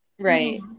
Right